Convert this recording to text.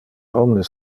omnes